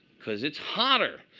because it's hotter.